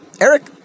Eric